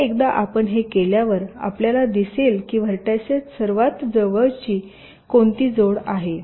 आता एकदा आपण हे केल्यावर आपल्याला दिसेल की व्हर्टायसेस सर्वात जवळची कोणती जोड आहे